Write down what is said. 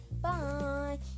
bye